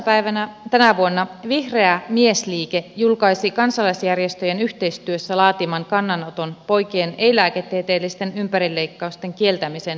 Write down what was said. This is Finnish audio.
päivänä tänä vuonna vihreä miesliike julkaisi kansalaisjärjestöjen yhteistyössä laatiman kannanoton poikien ei lääketieteellisten ympärileikkausten kieltämisen puolesta